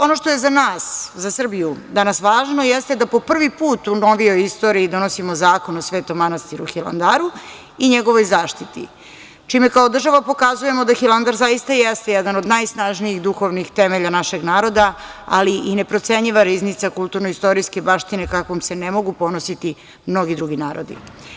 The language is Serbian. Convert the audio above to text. Ono što je za nas, za Srbiju, danas važno jeste da po prvi put u novijoj istoriji donosimo Zakon o Svetom manastiru Hilandaru i njegovoj zaštiti, čime kao država pokazujemo da Hilandar zaista jeste jedan od najsnažnijih duhovnih temelja našeg naroda, ali i neprocenjiva riznica kulturno-istorijske baštine, kakvom se ne mogu ponositi mnogi drugi narodi.